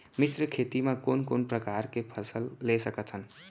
मिश्र खेती मा कोन कोन प्रकार के फसल ले सकत हन?